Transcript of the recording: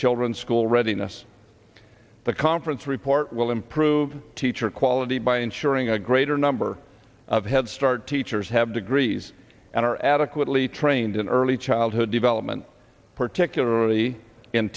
children school readiness the conference report will improve teacher quality by ensuring a greater number of head start teachers have degrees and are adequately trained in early childhood development particularly in